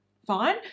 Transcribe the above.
fine